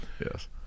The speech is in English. yes